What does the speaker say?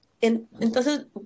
entonces